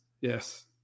yes